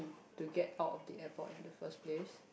to get out of the airport in the first place